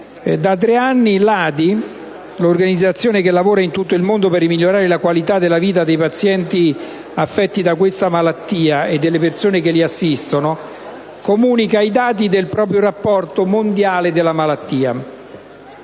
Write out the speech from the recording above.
International* (ADI), l'organizzazione che lavora in tutto il mondo per migliorare la qualità della vita dei pazienti affetti da questa malattia e delle persone che li assistono, comunica i dati del proprio rapporto mondiale sulla malattia.